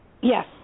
Yes